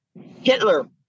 Hitler